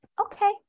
okay